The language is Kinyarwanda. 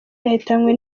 yahitanywe